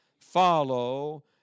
follow